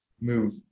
move